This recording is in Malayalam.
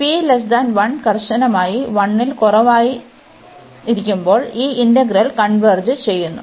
P 1 കർശനമായി 1 ൽ കുറവായിരിക്കുമ്പോൾ ഈ ഇന്റഗ്രൽ കൺവെർജ് ചെയ്യുന്നു